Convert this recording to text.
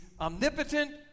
omnipotent